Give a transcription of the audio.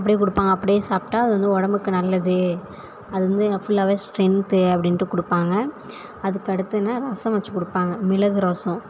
அப்படியே கொடுப்பாங்க அப்படியே சாப்பிட்டா அது வந்து உடம்புக்கு நல்லது அது வந்து ஃபுல்லாகவே ஸ்ட்ரென்த்து அப்படின்ட்டு கொடுப்பாங்க அதுக்கடுத்ததுனா ரசம் வச்சு கொடுப்பாங்க மிளகு ரசம்